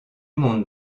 monde